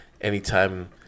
anytime